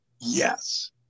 Yes